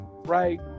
right